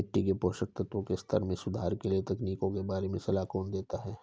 मिट्टी के पोषक तत्वों के स्तर में सुधार के लिए तकनीकों के बारे में सलाह कौन देता है?